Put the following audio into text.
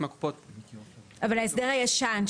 אבל ההסדר הישן,